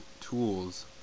Tools